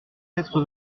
quatre